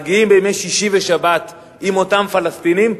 הם מגיעים בימי שישי ושבת עם אותם פלסטינים,